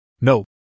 No